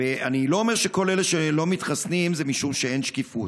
ואני לא אומר שכל אלה שלא מתחסנים זה משום שאין שקיפות,